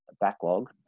backlog